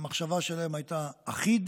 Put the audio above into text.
המחשבה שלהם הייתה על סכום כסף אחיד,